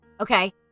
okay